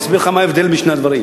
אני אסביר לך מה ההבדל בין שני הדברים.